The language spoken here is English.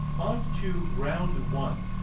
onto round one.